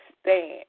stand